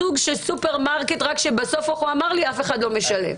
כמו סופרמרקט רק שבסוף אף אחד לא משלם,